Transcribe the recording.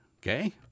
okay